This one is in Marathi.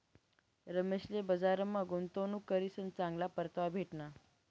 रमेशले बजारमा गुंतवणूक करीसन चांगला परतावा भेटना